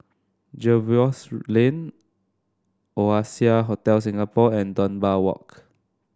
Jervois Lane Oasia Hotel Singapore and Dunbar Walk